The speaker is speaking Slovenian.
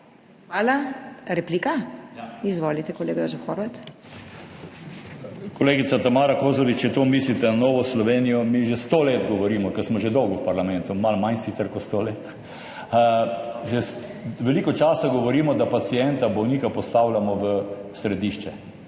Hvala. Replika? (Da.) Izvolite, kolega Jožef Horvat. **JOŽEF HORVAT (PS NSi):** Kolegica Tamara Kozlovič, če tu mislite na Novo Slovenijo, mi že sto let govorimo, ker smo že dolgo v parlamentu, malo manj sicer kot sto let, že veliko časa govorimo, da pacienta, bolnika postavljamo v središče.